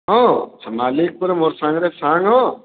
ହଁ ମାଲିକ୍ ପରେ ମୋର୍ ସାଙ୍ଗ୍ରେ ସାଙ୍ଗ୍ ହୋ